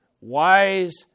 Wise